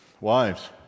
wives